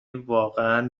واقعا